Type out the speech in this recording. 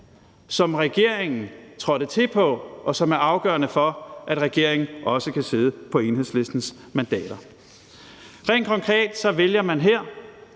som regeringen trådte til på, og som er afgørende for, at regeringen også kan sidde på Enhedslistens mandater. Konkret vælger man her